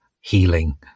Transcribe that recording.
healing